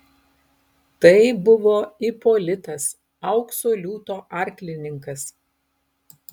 tai buvo ipolitas aukso liūto arklininkas